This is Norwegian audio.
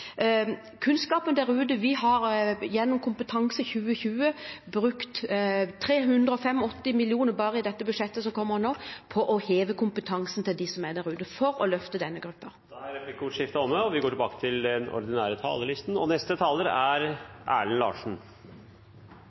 kunnskapen der ute, har vi gjennom Kompetanseløft 2020 brukt 385 mill. kr bare i det budsjettet som kommer nå, på å heve kompetansen til dem som er der ute, for å løfte denne gruppen. Replikkordskiftet er omme. Fra et budsjett på 210 mrd. kr vil jeg spesielt nevne et bidrag på 150 000 kr. Dette er